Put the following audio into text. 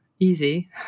easy